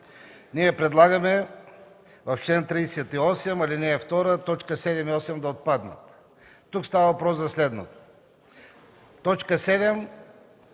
ние предлагаме в чл. 38, ал. 2, точки 7 и 8 да отпаднат. Тук става въпрос за следното. Точка 7